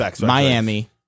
Miami